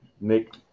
Nick